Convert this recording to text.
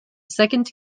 second